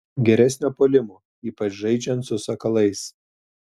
geresnio puolimo ypač žaidžiant su sakalais